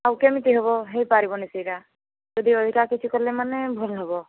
ଆଉ କେମିତି ହେବ ହୋଇପାରିବନି ସେଇଟା ଯଦି ଅଧିକା କିଛି କଲେ ମାନେ ଭଲ ହେବ